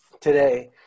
today